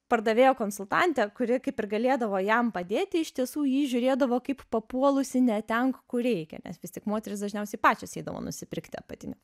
pardavėja konsultantė kuri kaip ir galėdavo jam padėti iš tiesų į jį žiūrėdavo kaip papuolusį ne ten kur reikia nes vis tik moterys dažniausiai pačios eidavo nusipirkti apatinių